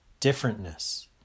differentness